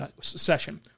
session